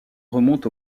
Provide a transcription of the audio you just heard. remonte